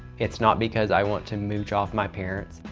it's not because i want to mooch off my parents.